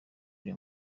iri